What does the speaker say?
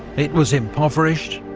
it was impoverished,